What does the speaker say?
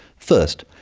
first,